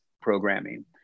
programming